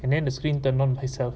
and then the screen tandem herself